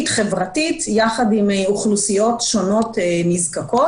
חברתית ביחד עם אוכלוסיות נזקקות שונות.